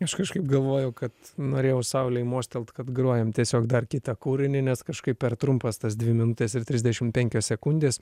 aš kažkaip galvojau kad norėjau saulei mostelt kad grojam tiesiog dar kitą kūrinį nes kažkaip per trumpas tas dvi minutės ir trisdešim penkios sekundės